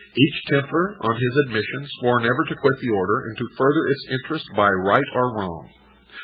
each templar on his admission swore never to quit the order, and to further its interests by right or wrong.